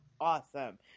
Awesome